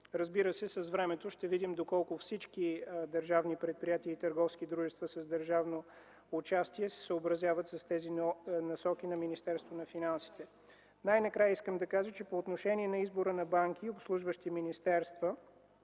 Разбира се, с времето ще видим доколко всички държавни предприятия и търговски дружества с държавно участие се съобразяват с тези насоки на Министерството на финансите. Накрая искам да кажа, че по отношение на избора на банки и обслужващи министерства